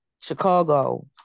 Chicago